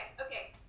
okay